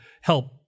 help